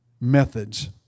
methods